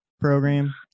program